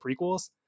prequels